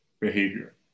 behavior